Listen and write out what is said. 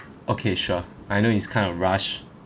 okay sure I know it's kind of rush